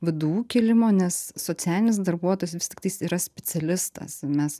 vdu kilimo nes socialinis darbuotojas vis tiktais yra specialistas mes